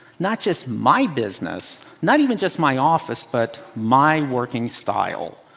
not just my business, not even just my office, but my working style?